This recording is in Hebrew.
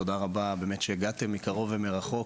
תודה רבה באמת שהגעתם מקרוב ומרחוק.